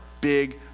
big